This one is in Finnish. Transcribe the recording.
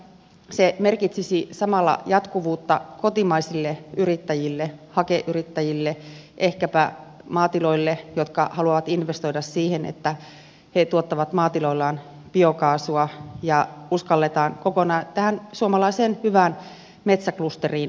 se merkitsisi samalla jatkuvuutta kotimaisille yrittäjille hakeyrittäjille ehkäpä maatiloille jotka haluavat investoida siihen että he tuottavat maatiloillaan biokaasua ja uskalletaan tähän suomalaiseen hyvään metsäklusteriin panostaa